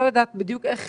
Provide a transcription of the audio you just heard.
לא יודעת בדיוק איך